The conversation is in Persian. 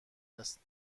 است